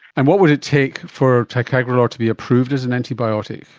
and what would it take for ticagrelor to be approved as an antibiotic?